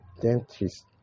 dentist